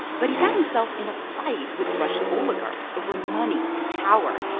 but he found himself in a fight with russian oligarchs over money and power.